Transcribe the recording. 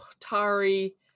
Tari